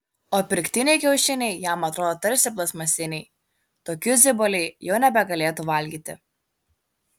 o pirktiniai kiaušiniai jam atrodo tarsi plastmasiniai tokių ziboliai jau nebegalėtų valgyti